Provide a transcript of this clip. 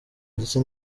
ndetse